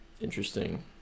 interesting